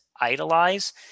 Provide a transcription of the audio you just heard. idolize